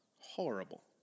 horrible